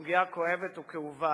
לסוגיה כואבת וכאובה.